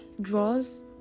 draws